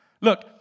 Look